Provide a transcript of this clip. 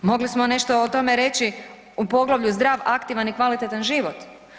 Mogli smo nešto o tome reći u poglavlju zdrav, aktivan i kvalitetan život.